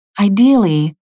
Ideally